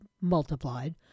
multiplied